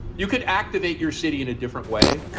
you could activate your city in a different way.